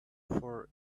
for